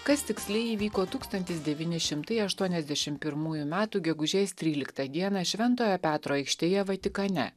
kas tiksliai įvyko tūkstantis devyni šimtai aštuoniasdešimt pirmųjų metų gegužės tryliktą dieną šventojo petro aikštėje vatikane